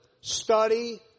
study